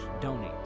donate